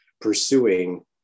pursuing